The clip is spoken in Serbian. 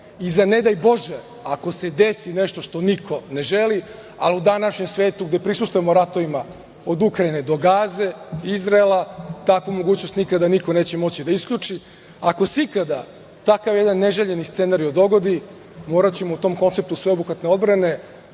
i za ne daj Bože ako se desi nešto što niko ne želi, ali u današnjem svetu, gde prisustvujemo ratovima od Ukrajne do Gaze, Izraela, takvu mogućnost nikada niko neće moći da isključi. Ako se ikada takav jedan neželjeni scenario dogodi, moraćemo u tom konceptu sveobuhvatne odbrane